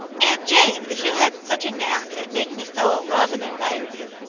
aunt jane, if you hadn't such a knack at making a fellow love and admire you,